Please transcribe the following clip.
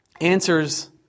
answers